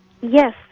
Yes